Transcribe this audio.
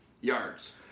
yards